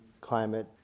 climate